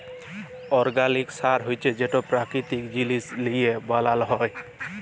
organic সার হছে যেট পেরাকিতিক জিনিস লিঁয়ে বেলাল হ্যয়